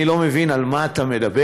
אני לא מבין על מה אתה מדבר.